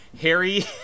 Harry